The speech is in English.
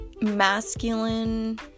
masculine